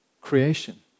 creation